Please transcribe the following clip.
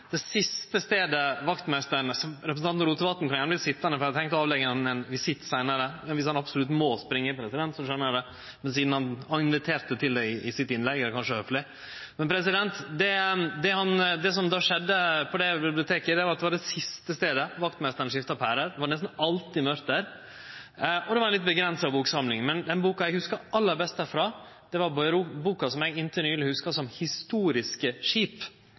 Representanten Rotevatn må gjerne verte sitjande, for eg har tenkt å avleggje han ein visitt seinare. Viss han absolutt må springe, så skjønar eg det, men sidan han inviterte til det i innlegget sitt, er det kanskje høfleg. Det biblioteket var den siste staden vaktmeisteren skifta pære. Det var nesten alltid mørkt der. Og det var ei litt avgrensa boksamling. Den boka eg hugsar aller best derfrå, er boka eg inntil ganske nyleg hugsa som «Historiske skip»,